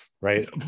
right